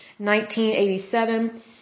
1987